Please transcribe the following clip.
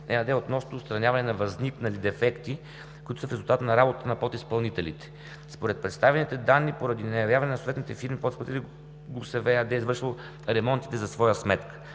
ЕАД, относно отстраняване на възникнали дефекти, които са в резултат на работата на подизпълнителите. Според представените данни, поради неявяване на съответните фирми-подизпълнители, ГУСВ – ЕАД, е извършило ремонтите за своя сметка.